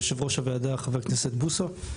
יושב ראש הוועדה, חבר הכנסת בוסו.